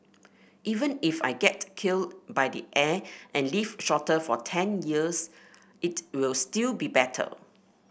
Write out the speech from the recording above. even if I get killed by the air and live shorter for ten years it'll still be better